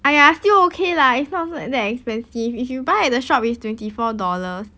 !aiya! still okay lah it's not so that expensive if you buy at the shop it's twenty four dollars